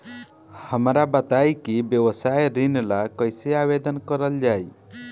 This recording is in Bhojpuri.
हमरा बताई कि व्यवसाय ऋण ला कइसे आवेदन करल जाई?